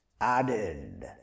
added